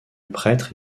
prêtre